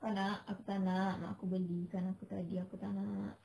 kau nak aku tak nak mak aku belikan aku tadi aku tak nak